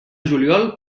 juliol